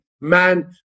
man